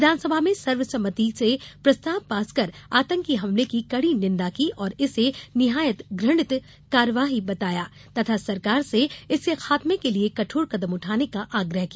विधानसभा में सर्वसम्मति से प्रस्ताव पास कर आतंकी हमले की कड़ी निंदा की और इसे निहायत घ्रणित कार्यवाही बताया तथा सरकार से इसके खात्मे के लिये कठोर कदम उठाने का आग्रह किया